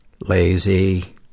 Lazy